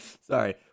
sorry